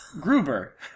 Gruber